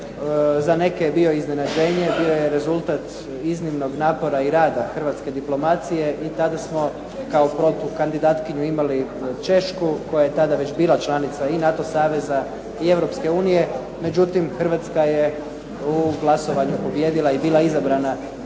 za neke bio iznenađenje, bio je rezultat iznimnog napora i rada hrvatske diplomacije i tada smo kao protukandidatkinju imali Češku koja je tada bila članica i NATO saveza i Europske unije. Međutim, Hrvatska je u glasovanju pobijedila i bila izabrana za